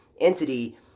entity